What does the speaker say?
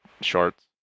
shorts